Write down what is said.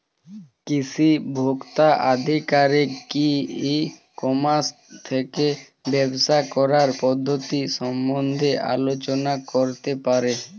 কৃষি ভোক্তা আধিকারিক কি ই কর্মাস থেকে ব্যবসা করার পদ্ধতি সম্বন্ধে আলোচনা করতে পারে?